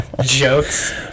Jokes